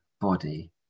body